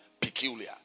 Peculiar